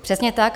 Přesně tak.